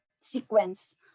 sequence